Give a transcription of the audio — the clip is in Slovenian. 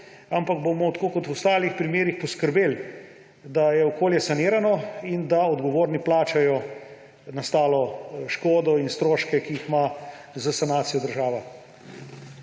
ampak bomo tako kot v ostalih primerih poskrbeli, da je okolje sanirano in da odgovorni plačajo nastalo škodo in stroške, ki jih ima s sanacijo država.